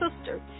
sister